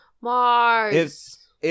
Mars